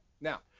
Now